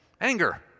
Anger